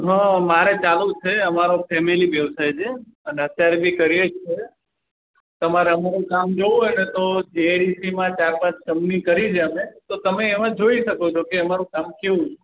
હં મારે ચાલું છે અમારો ફેમિલી વ્યવસાય છે અને અત્યારે બી કરીએ જ છીએ તમારે અમારું કામ જોવું હોય ને તો જીઆઇડીસીમાં ચાર પાંચ કંપની કરી છે અમે તો તમે એમાં જોઈ શકો છો કે અમારું કામ કેવું છે